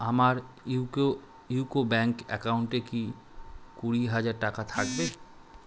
আমার ইউকো ইউকো ব্যাঙ্ক অ্যাকাউন্টে কি কুড়ি হাজার টাকা থাকবে